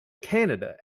canada